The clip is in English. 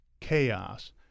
chaos